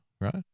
right